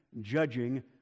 judging